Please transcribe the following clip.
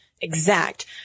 exact